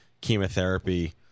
chemotherapy